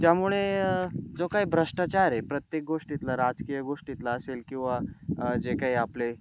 त्यामुळे जो काही भ्रष्टाचार आहेत प्रत्येक गोष्टीतलं राजकीय गोष्टीतला असेल किंवा जे काही आपले